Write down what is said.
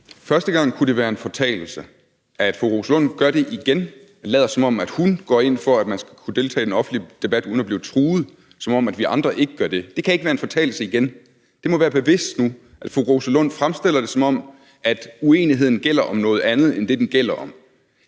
(LA): Første gang kunne det være en fortalelse, men når fru Rosa Lund gør det igen og taler om, at hun går ind for, at man skal kunne deltage i den offentlige debat uden at blive truet, som om vi andre ikke gør det, så kan der ikke være tale om endnu en fortalelse. Det må være bevidst nu, at fru Rosa Lund fremstiller det, som om uenigheden handler om noget andet end det, den handler om.